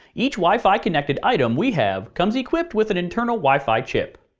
each wi-fi connected item we have comes equipped with an internal wi-fi chip.